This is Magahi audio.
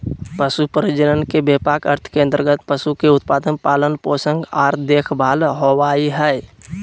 पशु प्रजनन के व्यापक अर्थ के अंतर्गत पशु के उत्पादन, पालन पोषण आर देखभाल होबई हई